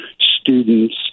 students